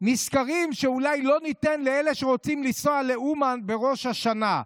ונזכרים שאולי לא ניתן לאלה שרוצים לנסוע לאומן בראש השנה.